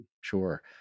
Sure